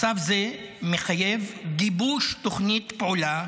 מצב זה מחייב גיבוש תוכנית פעולה